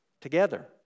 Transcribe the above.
together